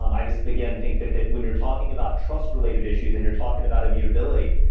um i just, again think that that when you're talking about trust related issues and you're talking about immutability,